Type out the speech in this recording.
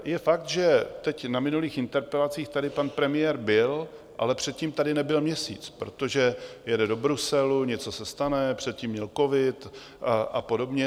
Je fakt, že na minulých interpelacích tady pan premiér byl, ale předtím tady nebyl měsíc, protože jede do Bruselu, něco se stane, předtím měl covid a podobně.